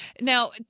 Now